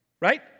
right